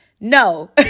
No